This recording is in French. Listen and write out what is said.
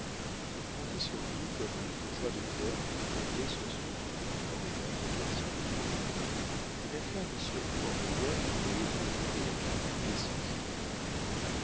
on comptait sur lui comme les bourgeois de perth comptaient sur smith dans les grandes occasions une affaire mit surtout en relief le héros et la victime des cent-jours